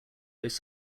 though